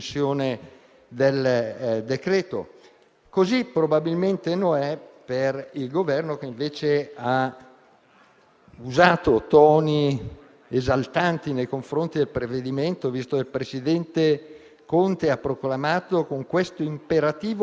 Dal punto di vista normativo e costituzionale, per i tempi, il buonsenso e gli effetti che produce credo si possa parlare di un vero e proprio obbrobrio. Un obbrobrio per i suoi contenuti.